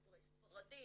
דוברי ספרדית,